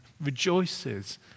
rejoices